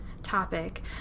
topic